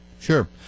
sure